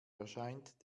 erscheint